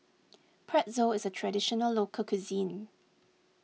Pretzel is a Traditional Local Cuisine